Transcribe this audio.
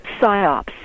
PSYOPs